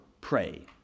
pray